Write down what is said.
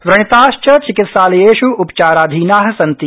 व्रणिताश्च चिकित्सालयेषु उपचाराधीना सन्ति